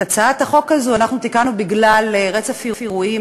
את הצעת החוק הזאת אנחנו הבאנו בגלל רצף אירועים